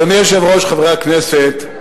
אדוני היושב-ראש, חברי הכנסת,